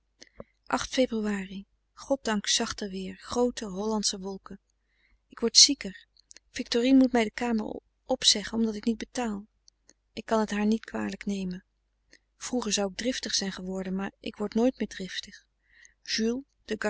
febr goddank zachter weer groote hollandsche wolken ik word zieker victorine moet mij de kamer opzeggen omdat ik niet betaal ik kan t haar niet kwalijk nemen vroeger zou ik driftig zijn geworden maar ik word nooit meer driftig